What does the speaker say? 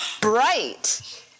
bright